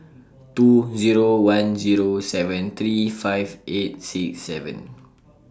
two Zero one Zero seven three five eight six seven